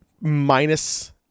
Minus